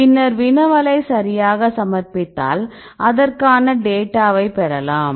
பின்னர் வினவலை சரியாக சமர்ப்பித்தால் அதற்கான டேட்டாவைப் பெறலாம்